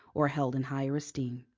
or held in higher esteem.